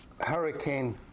Hurricane